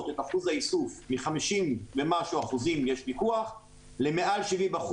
את אחוז האיסוף מ-50 ומשהו אחוזים אם יש פיקוח למעל 70%,